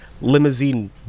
limousine